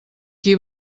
qui